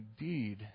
indeed